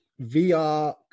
vr